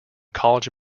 college